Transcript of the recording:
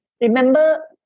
remember